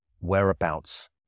whereabouts